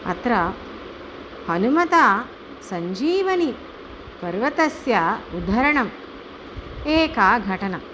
अत्र हनुमता सञ्जीवनी पर्वतस्य उद्धारणं घटना